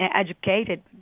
educated